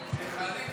ואטורי.